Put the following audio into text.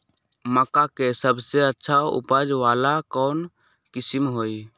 मक्का के सबसे अच्छा उपज वाला कौन किस्म होई?